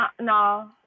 no